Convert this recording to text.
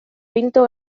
pinto